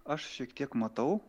aš šiek tiek matau